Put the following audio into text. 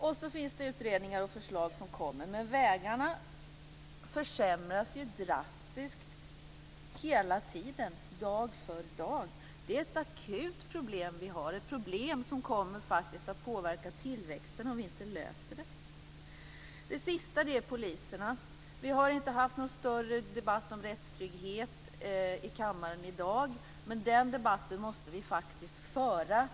Sedan finns det utredningar och förslag som kommer, men vägarna försämras ju drastiskt hela tiden dag för dag. Det är ett akut problem vi har, ett problem som faktiskt kommer att påverka tillväxten om vi inte löser det. Det sista är poliserna. Vi har inte haft någon större debatt om rättstrygghet i kammaren i dag, men den debatten måste vi föra.